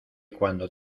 cuando